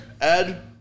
Ed